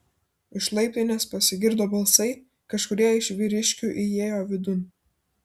iš laiptinės pasigirdo balsai kažkurie iš vyriškių įėjo vidun